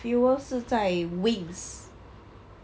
fuel 是在 wings